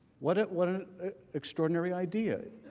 what what a extraordinary idea.